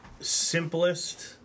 simplest